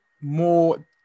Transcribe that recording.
more